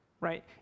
right